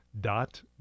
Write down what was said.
dot